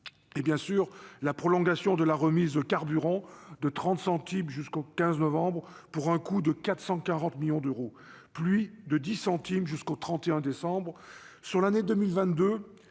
bien sûr, la prolongation de la remise carburant de 30 centimes jusqu'au 15 novembre, pour un coût de 440 millions d'euros, puis de 10 centimes jusqu'au 31 décembre. Sur l'année 2022,